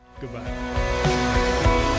Goodbye